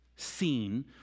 Seen